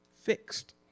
fixed